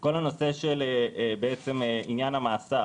כל הנושא של עניין המאסר